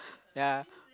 ya